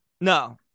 no